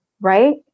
right